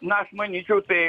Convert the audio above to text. na aš manyčiau tai